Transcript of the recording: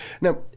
now